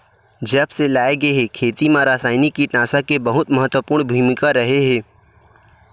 जब से लाए गए हे, खेती मा रासायनिक कीटनाशक के बहुत महत्वपूर्ण भूमिका रहे हे